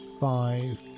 Five